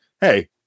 hey